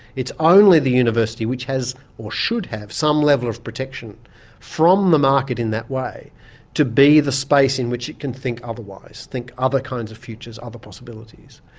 it's only the university which has or should have some level of protection from the market in that way to be the space in which it can think otherwise, think other kinds of futures, other possibilities.